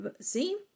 See